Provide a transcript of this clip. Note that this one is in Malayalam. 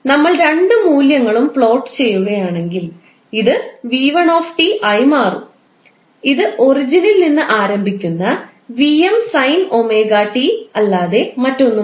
നമ്മൾ രണ്ടു മൂല്യങ്ങളും പ്ലോട്ട് ചെയ്യുകയാണെങ്കിൽ ഇത് 𝑣1 𝑡 ആയി മാറും ഇത് ഒറിജിനിൽ നിന്ന് ആരംഭിക്കുന്ന Vm sine omega t 𝑉𝑚 sin𝜔𝑡 അല്ലാതെ മറ്റൊന്നുമല്ല